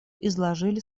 изложили